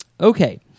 Okay